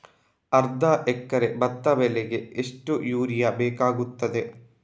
ಅರ್ಧ ಎಕರೆ ಭತ್ತ ಬೆಳೆಗೆ ಎಷ್ಟು ಯೂರಿಯಾ ಬೇಕಾಗುತ್ತದೆ?